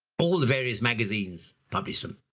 all the various magazines publish them.